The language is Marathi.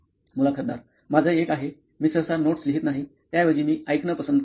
मुलाखतदार माझं एक आहे मी सहसा नोट्स लिहीत नाही त्याऐवजी मी ऐकणं पसंत करतो